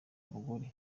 abagore